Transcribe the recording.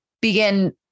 begin